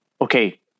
okay